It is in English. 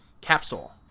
capsule